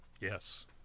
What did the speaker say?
Yes